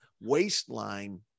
waistline